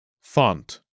Font